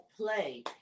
play